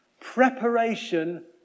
Preparation